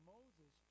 Moses